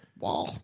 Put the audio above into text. Wow